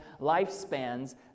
lifespans